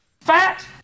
Fat